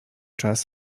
czas